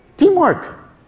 teamwork